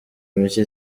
mike